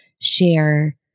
share